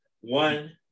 One